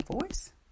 voice